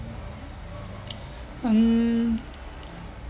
um